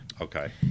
Okay